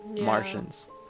Martians